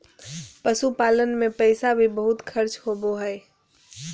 पशुपालन मे पैसा भी बहुत खर्च होवो हय